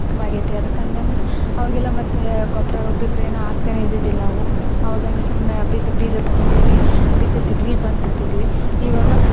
ಉತ್ತಮ ಆಗೈತೆ ಅದಕ್ಕೆ ಅನ್ಯಂದರೆ ಅವಾಗೆಲ್ಲ ಮತ್ತೆ ಗೊಬ್ಬರ ಒಬ್ಬ ಇಬ್ಬರೇನೆ ಹಾಗ್ತನೆ ಇದ್ದಿದ್ದಿಲ್ಲ ನಾವು ಅವಾಗ ಹಂಗ ಸುಮ್ನೆ ಬಿದ್ದ ಬೀಜ ತಗೊತೀವಿ ಬಿತ್ತುತ್ತಿದ್ವಿ ಬಂದು ಬಿಡ್ತಿದ್ವಿ ಇವಾಗ